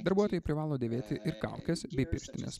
darbuotojai privalo dėvėti ir kaukes bei pirštines